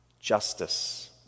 justice